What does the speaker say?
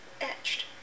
etched